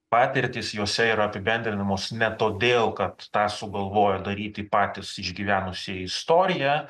patirtys jose yra apibendrinamos ne todėl kad tą sugalvojo daryti patys išgyvenusieji istoriją